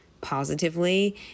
positively